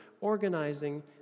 organizing